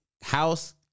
house